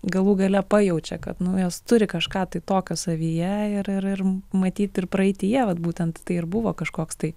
galų gale pajaučia kad nu jos turi kažką tai tokio savyje ir ir matyt ir praeityje vat būtent tai ir buvo kažkoks tai